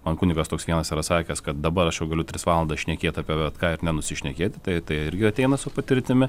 man kunigas toks vienas yra sakęs kad dabar aš jau galiu tris valandas šnekėt apie bet ką ir nenusišnekėti tai irgi ateina su patirtimi